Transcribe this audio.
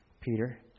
Peter